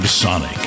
Sonic